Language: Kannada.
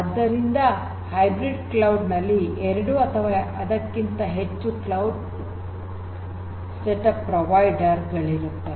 ಆದ್ದರಿಂದ ಹೈಬ್ರಿಡ್ ಕ್ಲೌಡ್ ನಲ್ಲಿ ಎರಡು ಅಥವಾ ಅದ್ಕಕಿಂತ ಹೆಚ್ಚ್ಚು ಕ್ಲೌಡ್ ಸೆಟಪ್ ಪ್ರೊವೈಡರ್ ಗಳಿರುತ್ತವೆ